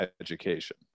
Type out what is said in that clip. education